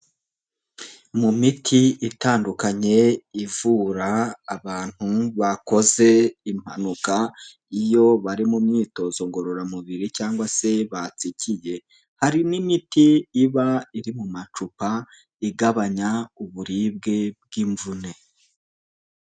Mu miti itandukanye ivura abantu bakoze impanuka iyo bari mu myitozo ngororamubiri cyangwa se batsikiye, hari n'imiti iba iri mu macupa igabanya uburibwe bw'imvune.